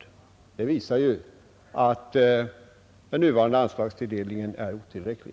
Det visar ju att den nuvarande anslagstilldelningen är otillräcklig.